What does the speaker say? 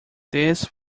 this